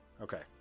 Okay